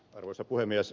arvoisa puhemies